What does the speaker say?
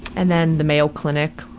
and then the mayo clinic,